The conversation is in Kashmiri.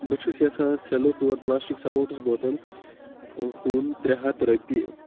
بہٕ چھُس یَژھان سٮ۪لو پیُور پٕلاسٹِک سپوٹٕس بوتل ہُنٛد ترٛےٚ ہَتھ رۄپیہِ